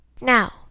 Now